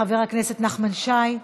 חבר הכנסת נחמן שי,